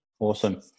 Awesome